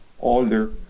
older